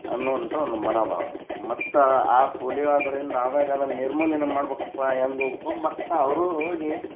ಅನ್ನುವಂಥ ಒಂದು ಮನೋಭಾವನೆ ಮತ್ತು ಆ ಪೋಲಿಯೊ ಆದ್ರಿಂದ ಆದಾಗ ಅದನ್ನು ನಿರ್ಮೂಲನೆ ಮಾಡ್ಬೇಕಪ್ಪ ಹೆಂಗ್ ಹೋಗ್ಬಕು ಅಂದ್ ಮತ್ತೆ ಅವರು ಹೋಗಿ